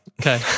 Okay